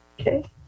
Okay